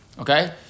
okay